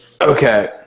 Okay